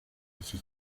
iki